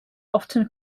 often